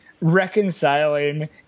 reconciling